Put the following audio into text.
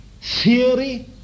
theory